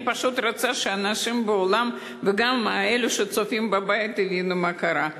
אני פשוט רוצה שאנשים באולם וגם אלו שצופים בבית יבינו מה קרה.